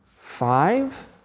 five